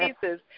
pieces